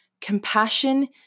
compassion